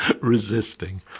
resisting